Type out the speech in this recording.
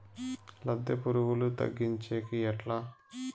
లద్దె పులుగులు తగ్గించేకి ఎట్లా?